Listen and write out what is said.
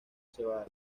cebada